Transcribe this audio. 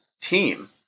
team